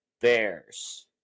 Bears